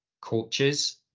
coaches